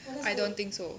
I don't think so